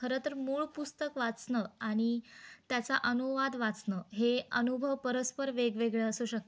खरंंतर मूळ पुस्तक वाचणं आणि त्याचा अनुवाद वाचणं हे अनुभव परस्पर वेगवेगळे असू शकता